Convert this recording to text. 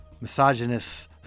misogynist